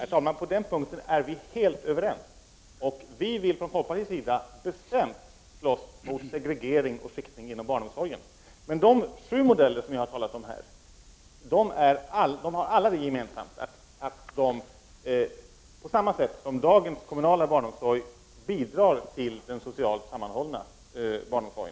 Herr talman! På den punkten är vi helt överens. Vi vill från folkpartiets sida bestämt slåss mot segregering och skiktning inom barnomsorgen. Men de sju modeller som jag här har talat om har alla det gemensamt att de på samma sätt som dagens kommunala barnomsorg bidrar till den socialt sammanhållna barnomsorgen.